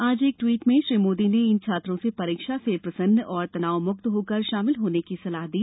आज एक ट्वीट में श्री मोदी ने इन छात्रों से परीक्षा में प्रसन्न और तनावमुक्त होकर शामिल होने की सलाह दी